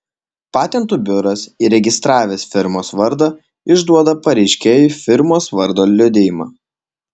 patentų biuras įregistravęs firmos vardą išduoda pareiškėjui firmos vardo liudijimą